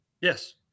Yes